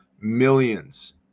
millions